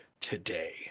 today